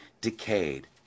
decayed